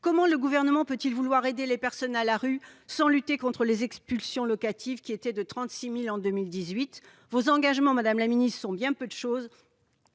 Comment le Gouvernement peut-il prétendre aider les personnes à la rue sans lutter contre les expulsions locatives- on en a dénombré 36 000 en 2018 ? Vos engagements, madame la ministre, sont bien peu de chose